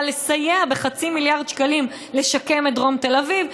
לסייע בחצי מיליארד שקלים לשקם את דרום תל אביב.